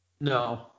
No